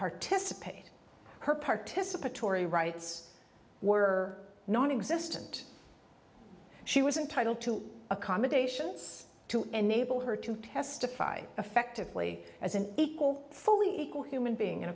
participate her participatory rights were nonexistent she was entitled to accommodations to enable her to testify effectively as an equal fully equal human being in